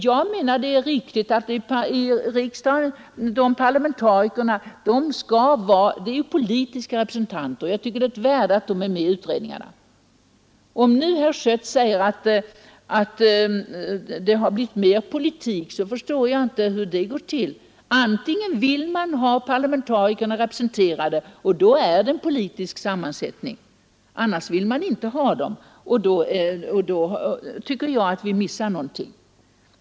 Jag anser att det är av värde att parlamentarikerna, som ju är politiska representanter, är med i utredningarna. Antingen vill man ha parlamentarikerna representerade, och då är det en politisk sammansättning, eller också vill man inte ha dem med, och då tycker jag att man missar någonting.